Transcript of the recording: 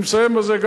אני מסיים בזה,